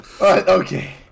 Okay